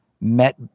met